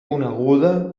coneguda